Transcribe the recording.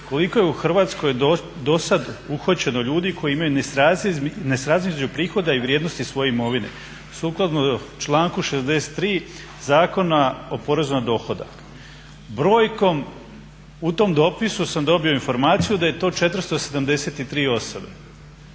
koliko je u Hrvatskoj do sada uhvaćeno ljudi koji imaju nesrazmjer između prihoda i vrijednosti svoje imovine. Sukladno članku 63. Zakona o porezu na dohodak. Brojkom, u tom dopisu sam dobio informaciju da je to 473 osobe.